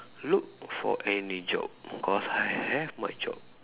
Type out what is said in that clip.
look for any job cause I have my job